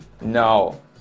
No